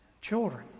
children